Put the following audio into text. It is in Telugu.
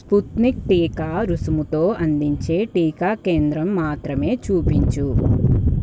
స్పుత్నిక్ టీకా రుసుముతో అందించే టీకా కేంద్రం మాత్రమే చూపించు